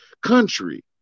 country